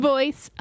Voice